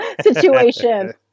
situation